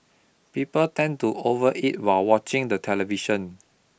people tend to overeat while watching the television